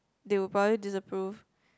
they will probably disapprove